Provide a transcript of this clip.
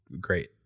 great